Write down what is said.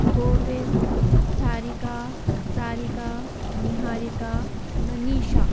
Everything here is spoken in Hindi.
गोविंद धारिका सारिका निहारिका मनीषा